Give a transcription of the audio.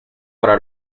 para